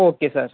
okay sir